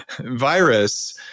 virus